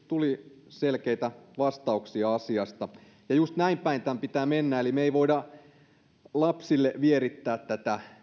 tuli selkeitä vastauksia asiasta just näin päin tämän pitää mennä eli me emme voi lapsille vierittää tätä